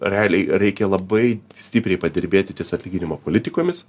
realiai reikia labai stipriai padirbėti ties atlyginimo politikomis